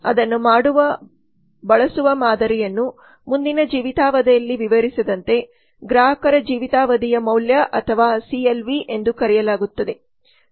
ಅದನ್ನು ಮಾಡಲು ಬಳಸುವ ಮಾದರಿಯನ್ನು ಮುಂದಿನ ಜೀವಿತಾವಧಿಯಲ್ಲಿ ವಿವರಿಸಿದಂತೆ ಗ್ರಾಹಕರ ಜೀವಿತಾವಧಿಯ ಮೌಲ್ಯ ಅಥವಾ ಸಿಎಲ್ವಿ ಎಂದು ಕರೆಯಲಾಗುತ್ತದೆ